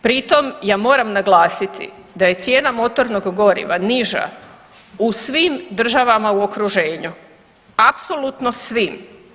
Pritom ja moram naglasiti da je cijena motornog goriva niža u svim državama u okruženju, apsolutno svim.